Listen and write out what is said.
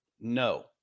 No